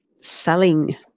selling